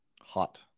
Hot